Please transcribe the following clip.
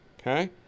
okay